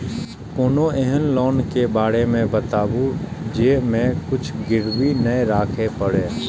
कोनो एहन लोन के बारे मे बताबु जे मे किछ गीरबी नय राखे परे?